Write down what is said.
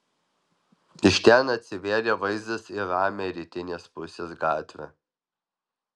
iš ten atsivėrė vaizdas į ramią rytinės pusės gatvę